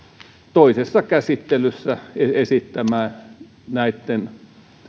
toisessa käsittelyssä esittämään näitten